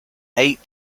eight